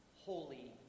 Holy